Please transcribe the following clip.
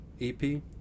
EP